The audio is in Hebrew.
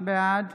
בעד